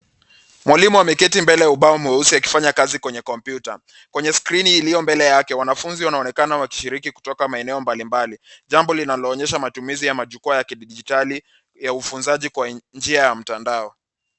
Mwalimu ameketi mbele ya ubao mweusi akifanya kazi kwenya kompyuta. Kwenye skrini iliyo mbele yake wanafunzi wanaonekana wakishiriki kutoka maeneo mbali mbali, jambo linalo onyesha matumizi ya majukwaa ya kidijitali ya ufunzaji kwa njia ya mtandao.